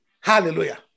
Hallelujah